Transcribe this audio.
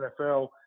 NFL